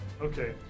Okay